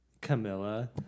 Camilla